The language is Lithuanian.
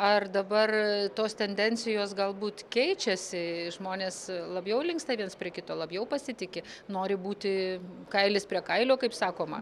ar dabar tos tendencijos galbūt keičiasi žmonės labiau linksta viens prie kito labiau pasitiki nori būti kailis prie kailio kaip sakoma